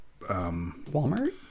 Walmart